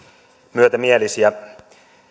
myötämielisiä